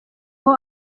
aho